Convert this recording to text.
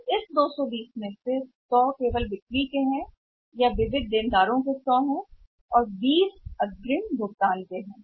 तो इस विचार में से 220 100 केवल बिक्री है या विविध ऋणी 100 बाहर है विविध ऋणी और 20 अग्रिम जमा राशि हैं